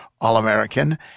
All-American